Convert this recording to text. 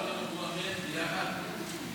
אמרת שכולם אמרו אמן ביחד --- תשמע,